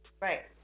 Right